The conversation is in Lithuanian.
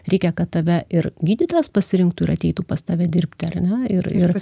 reikia kad tave ir gydytojas pasirinktų ir ateitų pas tave dirbti ar ne ir ir